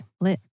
lit